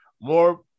more